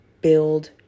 build